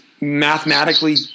mathematically